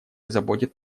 заботит